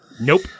Nope